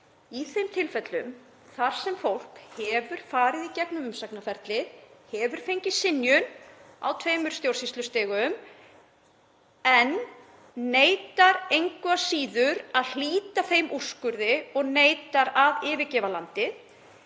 í þeim tilfellum þar sem fólk hefur farið í gegnum umsagnarferli, hefur fengið synjun á tveimur stjórnsýslustigum en neitar engu að síður að hlíta þeim úrskurði og neitar að yfirgefa landið?